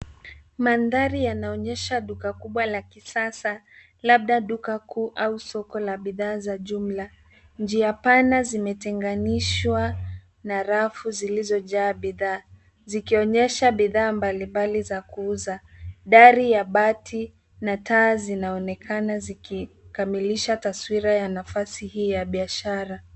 Mandhari yanaonyesha duka kubwa la kisasa labda duka kuu au soko la bidhaa za jumla. Njia panda zimetenganishwa na rafu zilizojaa bidhaa zikionyesha bidhaa mbalimbali za kuuza. Dari ya bati na taa zinaonekana zikikamilisha taswira ya nafasi hii ya biashara.